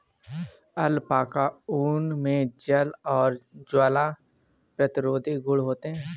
alpaca ऊन मे जल और ज्वाला प्रतिरोधी गुण होते है